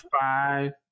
five